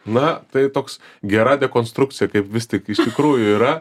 na tai toks gera dekonstrukcija kaip vis tik iš tikrųjų yra